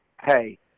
Hey